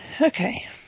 Okay